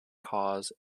cause